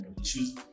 issues